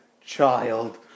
child